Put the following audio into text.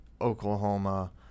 Oklahoma